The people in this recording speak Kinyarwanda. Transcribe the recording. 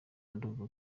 ndumva